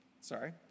sorry